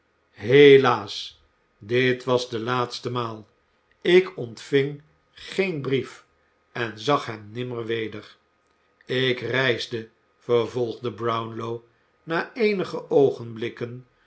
helaas dit was de laatste maal ik ontving geen brief en zag hem nimmer weder ik reisde vervolgde brownlow na eenige oogenblikken